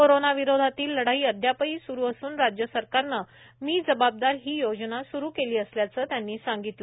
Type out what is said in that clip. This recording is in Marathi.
कोरोना विरोधातली लढाई अद्यापही स्रु असून राज्य सरकारनं मी जबाबदार ही योजना स्रु केली असल्याचं त्यांनी सांगितलं